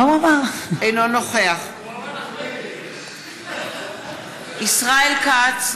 אינו נוכח ישראל כץ,